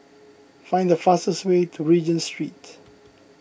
find the fastest way to Regent Street